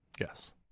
yes